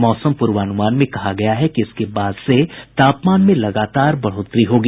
मौसम पूर्वानुमान में कहा गया है कि इसके बाद से तापमान में लगातार बढ़ोतरी होगी